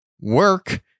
work